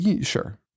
sure